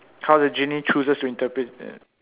how the genie chooses to interpret